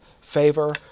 favor